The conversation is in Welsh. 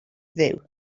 dduw